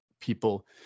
people